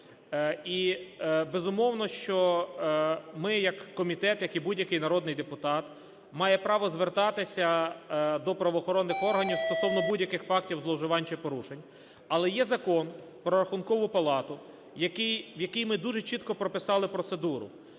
І, безумовно, що ми як комітет, як і будь-який народний депутат, має право звертатися до правоохоронних органів стосовно будь-яких фактів зловживань чи порушень. Але є Закон "Про Рахункову палату", в якому ми дуже чітко прописали процедуру.